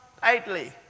tightly